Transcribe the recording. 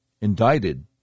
indicted